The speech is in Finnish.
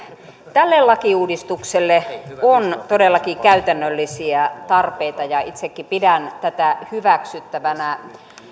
tälle lakiuudistukselle on todellakin käytännöllisiä tarpeita ja itsekin pidän tätä hyväksyttävänä